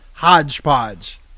hodgepodge